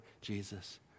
Jesus